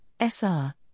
SR